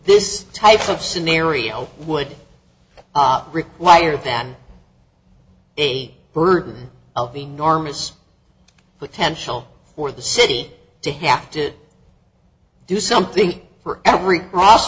this type of scenario would op require than a burden of enormous potential for the city to have to do something for every pro